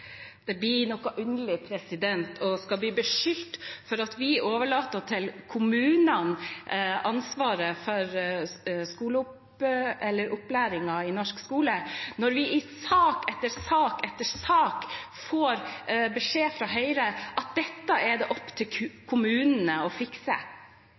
Det er litt underlig å bli beskyldt for at vi overlater til kommunene ansvaret for opplæringen i norsk skole når vi i sak etter sak etter sak får beskjed fra Høyre om at dette er det opp til